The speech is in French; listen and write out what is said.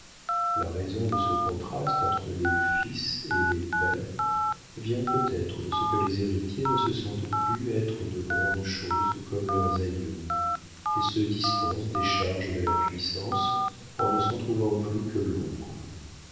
la raison de ce contraste entre les fils et les pères vient peut-être de ce que les héritiers ne se sentent plus être de grandes choses comme leurs aïeux et se dispensent des charges de la puissance en ne s'en trouvant plus que l'ombre